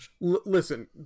Listen